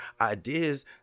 ideas